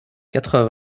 quatre